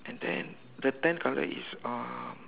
and then the tent color is um